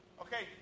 Okay